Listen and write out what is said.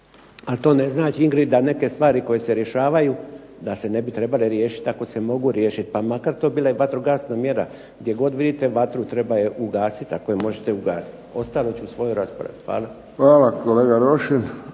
ali to ne znači Ingrid da neke stvari koje se rješavaju da se ne bi trebale riješit ako se mogu riješit pa makar to bila i vatrogasna mjera. Gdje god vidite vatru treba je ugasit ako je možete ugasit. Ostalo ću u svojoj raspravi. Hvala. **Friščić, Josip